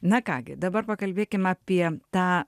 na ką gi dabar pakalbėkim apie tą